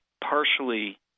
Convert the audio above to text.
partially